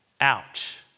Ouch